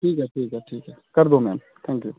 ठीक है ठीक है ठीक है कर दो मैम थैंक यू